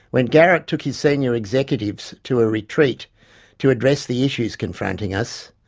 when garrett took his senior executives to a retreat to address the issues confronting us,